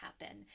happen